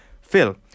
Phil